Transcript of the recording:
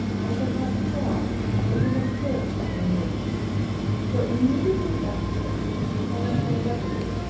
and perhaps saw or even heard, her emotion for immediately afterwards he fell into a reverie,